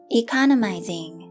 economizing